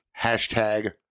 Hashtag